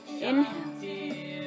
Inhale